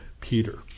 Peter